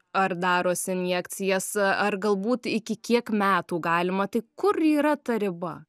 ar darosi injekcijas ar galbūt iki kiek metų galima tai kur yra ta riba